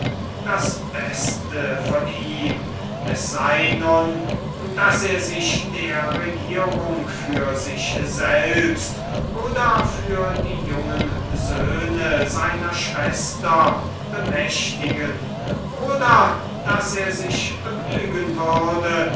das beste von ihm es sei nun daß er sich der regierung für sich selbst oder die jungen söhne seiner schwester bemächtigen oder sich begnügen würde